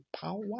power